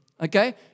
Okay